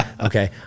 Okay